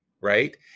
right